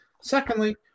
Secondly